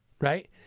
right